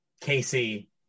Casey